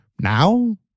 Now